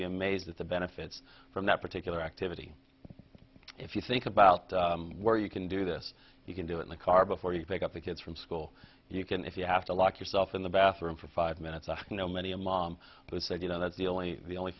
be amazed at the benefits from that particular activity if you think about where you can do this you can do it in the car before you pick up the kids from school you can if you have to lock yourself in the bathroom for five minutes i know many a mom who said you know that's the only the only